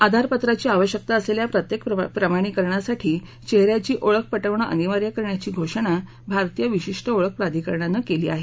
आधार पत्राची आवश्यकता असलेल्या प्रत्येक प्रमाणीकरणासाठी चेहऱ्याची ओळख पटवणं अनिवार्य करण्याची घोषणा भारतीय विशिष्ट ओळख प्राधिकरणानं केली आहे